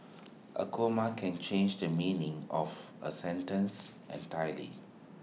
A comma can change the meaning of A sentence entirely